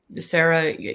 Sarah